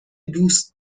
دوست